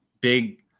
big